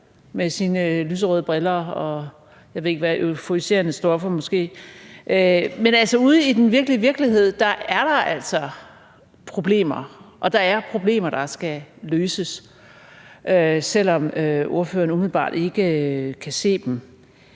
ved ikke hvad – euforiserende stoffer, måske. Men ude i den virkelige virkelighed er der altså problemer, og der er problemer, der skal løses, selv om ordføreren umiddelbart ikke kan se dem.